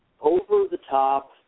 over-the-top